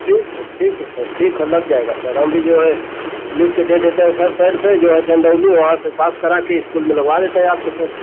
ठीक ठीक ठीक है सर ठीक है लग जाएगा सर हम भी जो है लिख के दे देते हैं सर पैड पर जो है चंदौली वहाँ से पास करा के स्कूल में लगवा देते हैं आपके सर